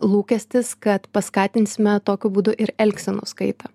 lūkestis kad paskatinsime tokiu būdu ir elgsenos kaitą